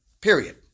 period